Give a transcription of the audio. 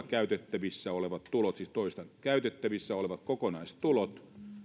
käytettävissä olevat tulot kasvavat tämän budjettiesityksen pohjalta siis toistan käytettävissä olevat kokonaistulot